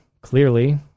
Clearly